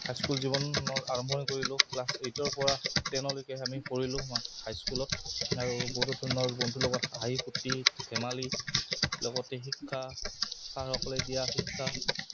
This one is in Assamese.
হাইস্কুল জীৱনৰ আৰম্ভনি কৰিলোঁ ক্লাছ এইটৰ পৰা টেনলৈকে আমি পঢ়িলোঁ হাইস্কুলত আৰু বহুতো ধৰণৰ বন্ধুৰ লগত হাঁহি ফুৰ্তি ধেমালি লগতে শিক্ষা ছাৰসকলে দিয়া শিক্ষা